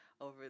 Over